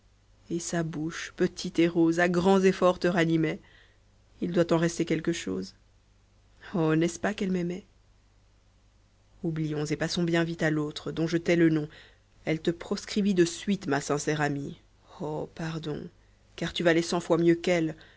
et sa bouche petite et rose a grands efforts te ranimait il doit t'en rester quelque chose oh n'est-ce pas qu'elle m'aimait oublions et passons bien vite a l'autre dont je tais le nom elle te proscrivit de suite ma sincère amie oh pardon car tu valais cent fois mieux qu'elle